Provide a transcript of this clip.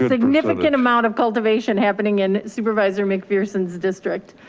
significant amount of cultivation happening in supervisor mcpherson's district.